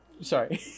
Sorry